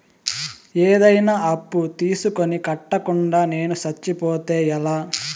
ఏదైనా అప్పు తీసుకొని కట్టకుండా నేను సచ్చిపోతే ఎలా